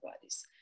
bodies